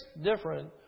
different